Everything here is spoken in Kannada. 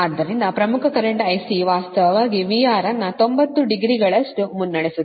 ಆದ್ದರಿಂದ ಪ್ರಮುಖ ಕರೆಂಟ್ IC ವಾಸ್ತವವಾಗಿ VR ಅನ್ನು 90 ಡಿಗ್ರಿಗಳಷ್ಟು ಮುನ್ನಡೆಸುತ್ತದೆ